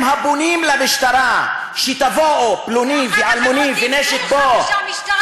הם הפונים למשטרה שתבוא: פלוני ואלמוני ונשק פה.